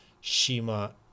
Shima